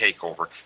takeover